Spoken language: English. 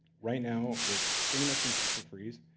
right now, it's pretty much in feature freeze,